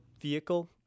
vehicle